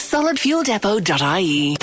SolidFuelDepot.ie